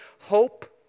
hope